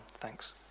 Thanks